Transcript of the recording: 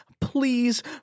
please